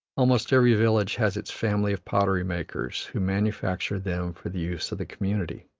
almost every village has its family of pottery-makers, who manufacture them for the use of the community.